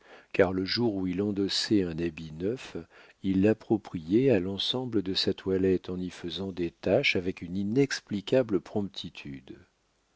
car le jour où il endossait un habit neuf il l'appropriait à l'ensemble de sa toilette en y faisant des taches avec une inexplicable promptitude